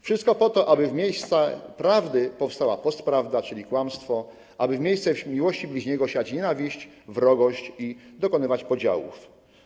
Wszystko po to, aby w miejsce prawdy powstała postprawda, czyli kłamstwo, aby w miejsce miłości bliźniego siać nienawiść, wrogość i dokonywać podziałów.